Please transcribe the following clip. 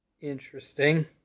interesting